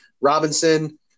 Robinson